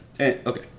okay